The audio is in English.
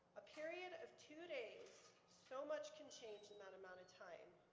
a period of two days. so much can change in that amount of time.